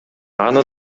аны